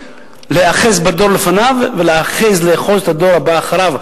כדי להיאחז בדור לפניו ולאחוז את הדור הבא אחריו.